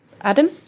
Adam